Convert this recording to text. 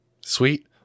sweet